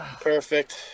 Perfect